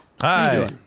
Hi